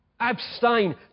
abstain